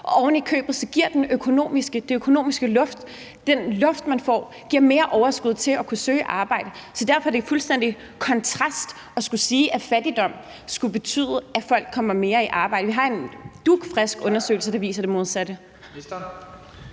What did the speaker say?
og ovenikøbet giver den økonomiske luft, man får, mere overskud til at kunne søge et arbejde. Så derfor er det i fuldstændig kontrast til analysen at sige, at fattigdom skulle betyde, at folk kommer mere i arbejde. Vi har en dugfrisk undersøgelse, der viser det modsatte.